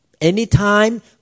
Anytime